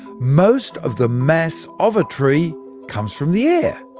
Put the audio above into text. most of the mass of a tree comes from the air!